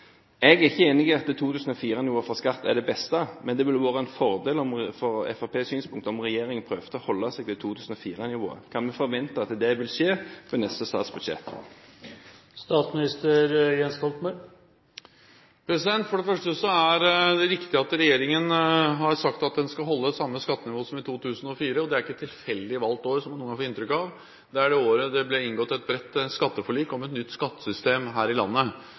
Jeg er ikke enig i at 2004-nivået for skatt er det beste, men det ville ha vært en fordel, etter Fremskrittspartiets syn, om regjeringen prøvde å holde seg til 2004-nivået. Kan vi forvente at det vil skje ved neste statsbudsjett? For det første er det riktig at regjeringen har sagt at den skal holde samme skattenivå som i 2004. Det er ikke et tilfeldig valgt år, som noen har fått inntrykk av: Det er det året det ble inngått et bredt skatteforlik om et nytt skattesystem her i landet.